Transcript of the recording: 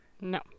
No